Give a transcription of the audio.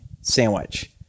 sandwich